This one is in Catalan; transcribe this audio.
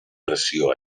pressió